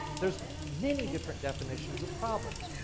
there's many different definitions of problems.